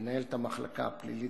מנהלת המחלקה הפלילית,